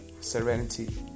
serenity